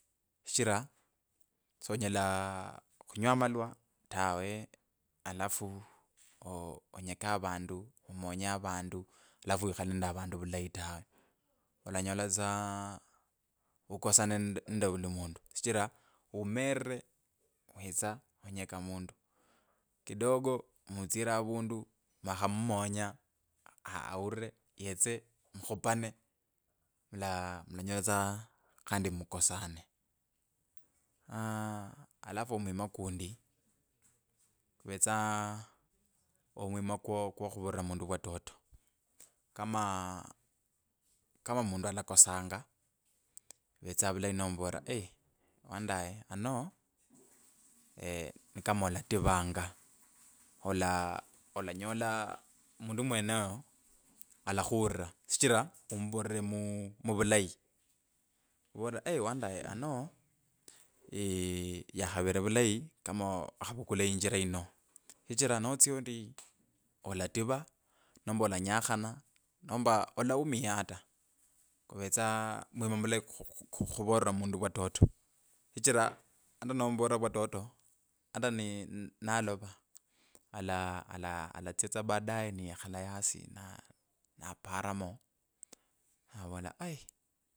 Shichira, sonyela khinywa amalwa tawe alafu oo onyeke avandu omonye avandu alafu wikhale nende avandu vulayi tawe olanyola tsa ukosane nende nende vuli mundu shichira umelire witsa onyeka omundu kidogo mutsire avandu mwakhamumonya aa aulire yetse mkhupane, mula mulanyola tsa khandi mukasane aaa alafu mwima kundi kuvetsa omwima kwo. kwo vuvulera mundu vwatoto kama kama mundu alakosanga ivetsa vulayi nomuvolera eii wandaye ano ni kama alativanga ola ola olanyola mundu mwenoyo alakhuulira shichira umuvolera mu- muvulayi. Omuvolera ori eiii wandaye ano yakhavere vulayi kama ooo wakhavukula injira yino shichira notsya ori olativa nomba olanyakhana nomba alaumia ata. Kuvetsa mwima mulayi khu- khu khuvolera mundu vwatoto shichira ata nomuvolera vwatoto ata ne nalova ala ala alatsya tsa baadae niyekhala yasi napatamu novola aii.